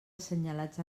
assenyalats